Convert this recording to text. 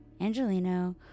Angelino